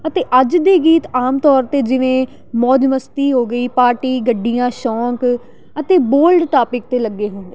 ਅਤੇ ਅੱਜ ਦੇ ਗੀਤ ਆਮ ਤੌਰ 'ਤੇ ਜਿਵੇਂ ਮੌਜ ਮਸਤੀ ਹੋ ਗਈ ਪਾਰਟੀ ਗੱਡੀਆਂ ਸ਼ੌਂਕ ਅਤੇ ਬੋਲਡ ਟੋਪਿਕ 'ਤੇ ਲੱਗੇ ਹੁੰਦੇ